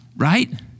right